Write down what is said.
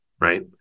right